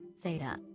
theta